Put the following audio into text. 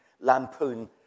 lampoon